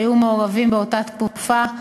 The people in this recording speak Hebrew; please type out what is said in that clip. שהיו מעורבים באותה תקופה,